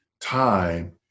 time